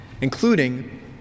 including